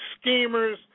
schemers